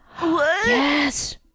Yes